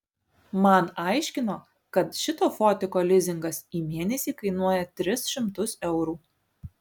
man aiškino kad šito fotiko lizingas į mėnesį kainuoja tris šimtus eurų